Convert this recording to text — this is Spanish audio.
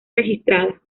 registrada